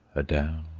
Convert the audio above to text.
a down,